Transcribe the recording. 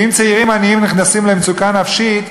כי אם צעירים עניים נכנסים למצוקה נפשית,